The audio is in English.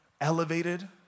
elevated